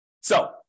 so-